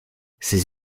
ces